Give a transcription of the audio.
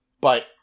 But-